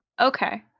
Okay